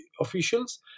officials